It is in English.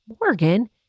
Morgan